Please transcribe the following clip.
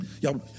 Y'all